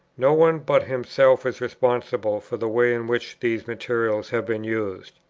no one but himself is responsible for the way in which these materials have been used.